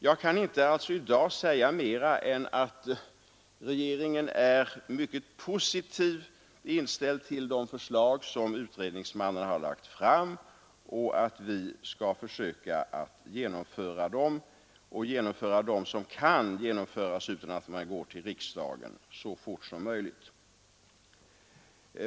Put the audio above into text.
Jag kan alltså i dag inte säga mera än att regeringen är mycket positivt inställd till de förslag som utredningsmannen har lagt fram och att vi skall försöka genomföra dem och, när det gäller dem som kan genomföras utan att vi går till riksdagen, göra det så fort som möjligt.